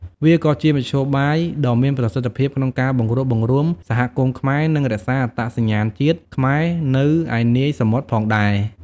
វាក៏ជាមធ្យោបាយដ៏មានប្រសិទ្ធភាពក្នុងការបង្រួបបង្រួមសហគមន៍ខ្មែរ និងរក្សាអត្តសញ្ញាណជាតិខ្មែរនៅឯនាយសមុទ្រផងដែរ។